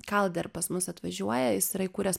kalder pas mus atvažiuoja jis yra įkūręs